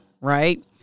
right